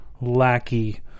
Lackey